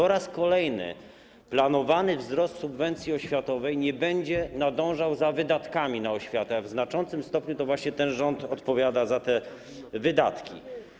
Po raz kolejny planowany wzrost subwencji oświatowej nie będzie nadążał za wydatkami na oświatę, a w znaczącym stopniu to właśnie ten rząd odpowiada za te wydatki.